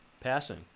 passing